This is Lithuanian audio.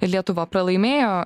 lietuva pralaimėjo